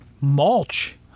mulch